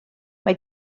mae